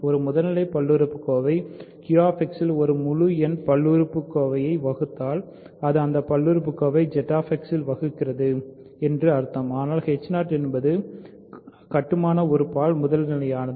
ஒரு முதல்நிலை பல்லுறுப்புக்கோவை QX இல் ஒரு முழு எண் பல்லுறுப்புக்கோவையைப் வகுத்தால் அது அந்த பல்லுறுப்புக்கோவை ZX இல் வகுக்கிறது ஆனால் என்பது கட்டுமான உறுப்பால் முதல்நிலையானது